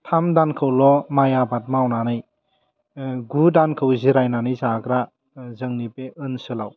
थाम दानखौल' माइ आबाद मावनानै गु दानखौ जिरायनानै जाग्रा जोंनि बे ओनसोलाव